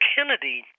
Kennedy